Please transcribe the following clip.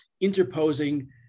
interposing